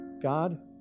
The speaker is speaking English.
God